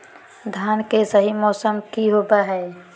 धान के सही मौसम की होवय हैय?